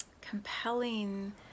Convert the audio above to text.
compelling